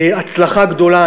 הצלחה גדולה.